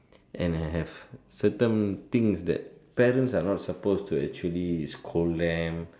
and have certain things that parents are not supposed to actually scold them